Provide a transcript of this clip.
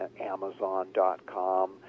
amazon.com